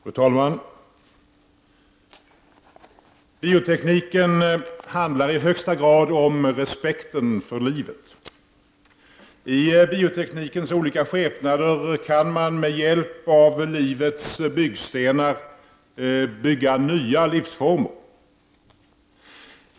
Fru talman! Biotekniken handlar i högsta grad om respekten för livet. I bioteknikens olika skepnader kan man med hjälp av livets byggstenar bygga nya livsformer.